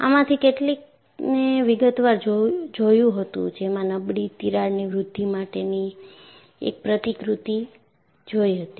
આમાંથી કેટલીકને વિગતવાર જોયું હતુંજેમાં નબળી તિરાડની વૃદ્ધિ માટેની એક પ્રતિકૃતિ જોઈ હતી